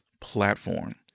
platform